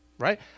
Right